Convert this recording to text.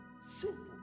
simple